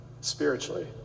spiritually